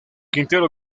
quintero